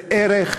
זה ערך,